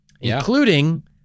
including